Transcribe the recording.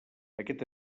aquest